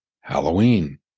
Halloween